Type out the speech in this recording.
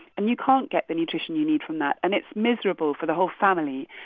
and you can't get the nutrition you need from that. and it's miserable for the whole family.